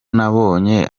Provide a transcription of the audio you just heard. nabonye